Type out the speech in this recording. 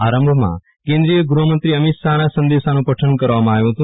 આરંભમાં કેન્દ્રીય ગૃફમંત્રી અમિત શાફના સંદેશાનું પઠન કરવામાં આવ્યુ ફતું